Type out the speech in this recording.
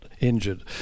injured